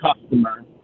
customer